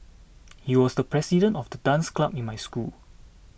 he was the president of the dance club in my school